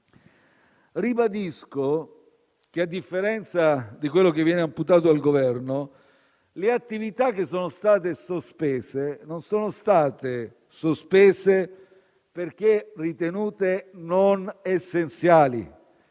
Ribadisco che, a differenza di quello che viene imputato al Governo, le attività che sono state sospese non sono state sospese perché ritenute non essenziali;